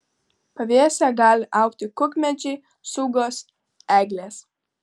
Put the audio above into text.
pavėsyje gali augti kukmedžiai cūgos eglės